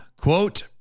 Quote